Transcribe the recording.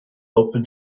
open